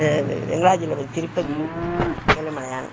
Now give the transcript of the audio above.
வெ வெங்கடாஜலபதி திருப்பதி ஏழுமலையான்